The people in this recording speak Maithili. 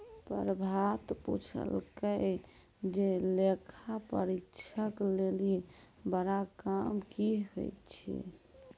प्रभात पुछलकै जे लेखा परीक्षक लेली बड़ा काम कि होय छै?